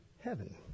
heaven